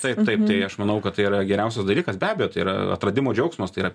taip taip tai aš manau kad tai yra geriausias dalykas be abejo tai yra atradimo džiaugsmas tai yra